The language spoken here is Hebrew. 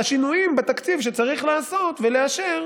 השינויים בתקציב שצריך לעשות ולאשר